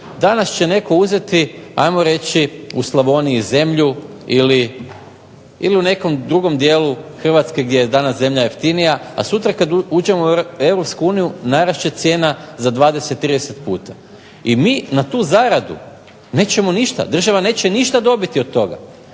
danas će netko uzeti ajmo reći u Slavoniji zemlju ili u nekom drugom dijelu gdje je danas zemlja jeftinija, a sutra kad uđemo u EU narast će cijena za 20, 30 puta. I mi na tu zaradu država neće ništa dobiti od toga.